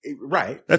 Right